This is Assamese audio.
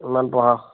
ইমান পঢ়া